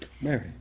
mary